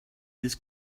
his